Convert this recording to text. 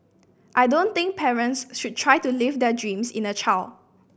I don't think parents should try to live their dreams in a child